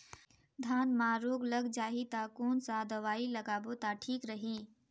धान म रोग लग जाही ता कोन सा दवाई लगाबो ता ठीक रही?